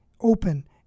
open